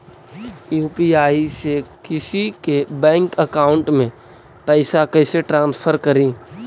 UPI से किसी के बैंक अकाउंट में पैसा कैसे ट्रांसफर करी?